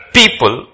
people